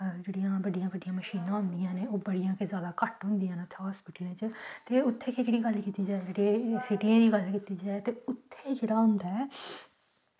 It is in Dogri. जेह्ड़ियां बड्डियां बड्डियां मशीनां होंदियां न ओह् बड़ियां घट्ट होंदियां न उत्थें दे हॉस्पिटल च ते इत्थें दी गल्ल कीती जाए ते सिटी दी गल्ल कीती जाए ते इत्थें जेह्ड़ा होंदा ऐ